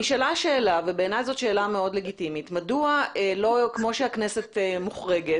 נשאלה השאלה ובעיניי זו שאלה מאוד לגיטימית מדוע כמו שהכנסת מוחרגת,